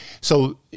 So-